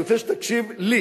אני רוצה שתקשיב לי,